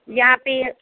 यहाँ पर